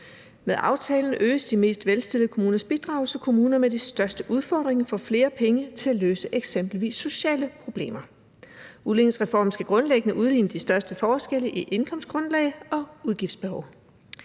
Med aftalen øges de mest velstillede kommuners bidrag, så kommuner med de største udfordringer får flere penge til at løse eksempelvis sociale problemer. Udligningsreformen skal grundlæggende udligne de største forskelle i indkomstgrundlag og udgiftsbehov.